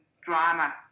drama